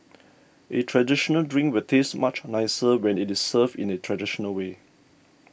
a traditional drink will taste much nicer when it is served in the traditional way